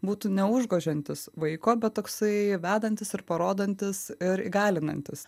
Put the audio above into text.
būtų neužgožiantis vaiko bet toksai vedantis ir parodantis ir įgalinantis